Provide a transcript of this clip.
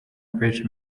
ridge